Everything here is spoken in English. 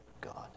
God